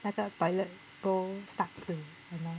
那个 toilet bowl stuck 住 you know